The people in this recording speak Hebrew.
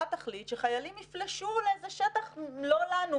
תחליט שחיילים יפלשו לאיזה שטח לא לנו,